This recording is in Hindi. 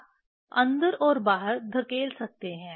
आप अंदर और बाहर धकेल सकते हैं